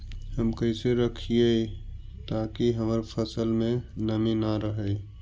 हम कैसे रखिये ताकी हमर फ़सल में नमी न रहै?